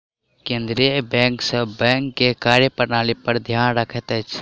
केंद्रीय बैंक सभ बैंक के कार्य प्रणाली पर ध्यान रखैत अछि